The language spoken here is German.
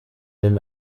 den